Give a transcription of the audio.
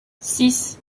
six